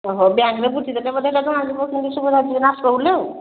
ହ ହଉ ବ୍ୟାଙ୍କରେ ବୁଝି ଦେଲେ ବୋଧେ ଆସିବ ବୋଲି ଆଉ